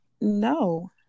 no